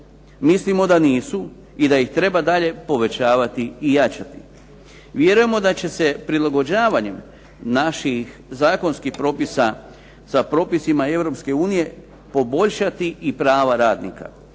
Mislimo da nisu i da ih treba dalje povećavati i jačati. Vjerujemo da će se prilagođavanjem naših zakonskih propisa sa propisima Europske unije poboljšati i prava radnika,